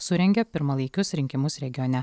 surengė pirmalaikius rinkimus regione